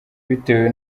bitewe